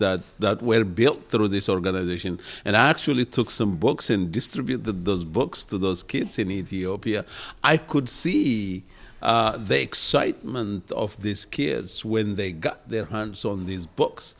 that that were built through this organization and i actually took some books and distribute the books to those kids in need i could see they excite month of these kids when they got their hands on these books